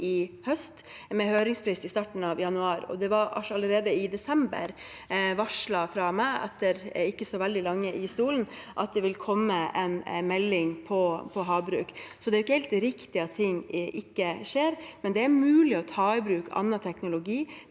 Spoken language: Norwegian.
i høst, med høringsfrist i starten av januar, og det var allerede i desember varslet fra meg – etter ikke så veldig lenge i statsrådsstolen – at det vil komme en melding om havbruk. Så det er ikke riktig at ting ikke skjer, men det er mulig å ta i bruk annen teknologi.